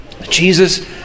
jesus